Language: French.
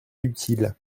utile